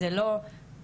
זה לא תוכנית,